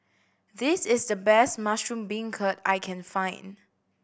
this is the best mushroom beancurd I can find